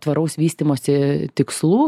tvaraus vystymosi tikslų